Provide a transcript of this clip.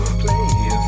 play